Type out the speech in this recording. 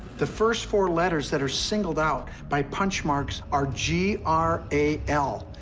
the first four letters that are singled out by punch marks are g r a l,